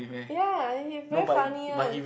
ya he very funny one